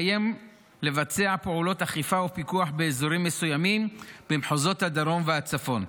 לבצע פעולות אכיפה ופיקוח באזורים מסוימים במחוזות הדרום והצפון.